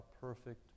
perfect